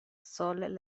sol